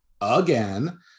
again